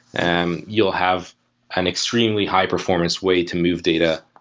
and you'll have an extremely high-performance way to move data